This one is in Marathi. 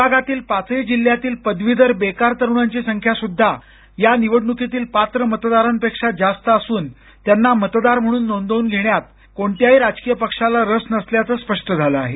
विभागातील पाचही जिल्ह्यातील पदवीधर बेरोजगार तरुणांची संख्या सुद्धा या निवडणुकीतील पात्र मतदारांपेक्षा जास्त असून त्यांना मतदार म्हणून नोंदवून घेण्यात कोणत्याही राजकीय पक्षाला रस नसल्याचंच स्पष्ट झालं आहे